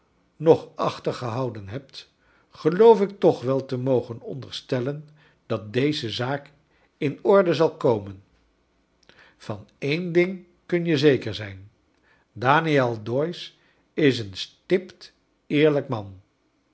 nog achtergehouden hebt geloof ik toch wel te mogen onderstellen dat deze zaak in orde zal komen van een ding kun je zeker zijn daniel doyce is een stipt eerlijk man